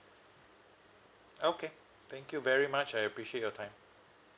okay thank you very much I appreciate your time